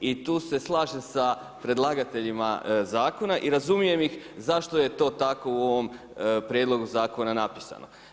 I tu se slažem sa predlagateljima zakona i razumijem ih zašto je to tako u ovom prijedlogu zakona napisano.